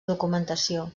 documentació